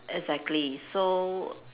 exactly so